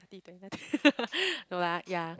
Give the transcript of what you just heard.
thirty twenty nine no lah yeah